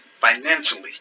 financially